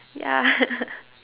ya